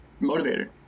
motivator